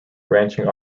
branching